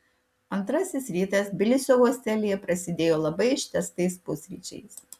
antrasis rytas tbilisio hostelyje prasidėjo labai ištęstais pusryčiais